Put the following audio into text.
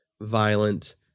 violent